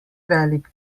velik